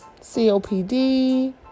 COPD